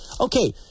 okay